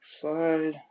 slide